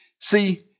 See